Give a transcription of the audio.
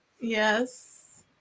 Yes